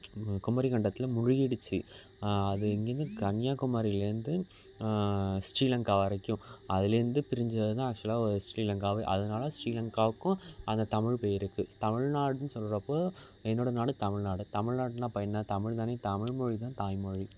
குமரிகண்டத்தில் முழுகிடுச்சு அது இங்கே இருந்து கன்னியாகுமரிலேருந்து ஸ்ரீலங்கா வரைக்கும் அதுலேருந்து பிரிந்தது தான் ஆக்சுவலாக ஸ்ரீலங்காவே அதனால ஸ்ரீலங்காவுக்கும் அந்த தமிழ் பேர் இருக்குது தமிழ்நாடுனு சொல்கிறப்போ என்னோடய நாடு தமிழ்நாடு தமிழ்நாடுனா அப்போ என்ன தமிழ் தானே தமிழ் மொழி தான் தாய்மொழி